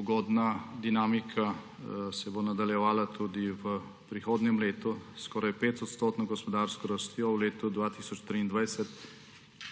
Ugodna dinamika se bo nadaljevala tudi v prihodnjem letu s skoraj 5-odstotno gospodarsko rastjo, v letu 2023